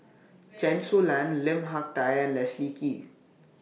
Chen Su Lan Lim Hak Tai and Leslie Kee